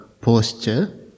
posture